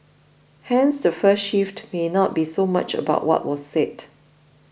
hence the first shift may be not so much about what was said